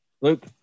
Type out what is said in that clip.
Luke